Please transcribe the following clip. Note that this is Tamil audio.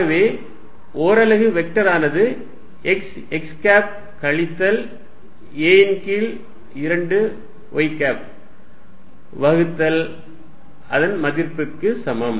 ஆகவே ஓரலகு வெக்டர் ஆனது x x கேப் கழித்தல் a ன் கீழ் 2 y கேப் வகுத்தல் அதன் மதிப்பிற்கு சமம்